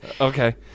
Okay